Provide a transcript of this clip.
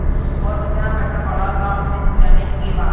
और कितना पैसा बढ़ल बा हमे जाने के बा?